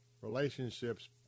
relationships